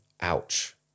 Ouch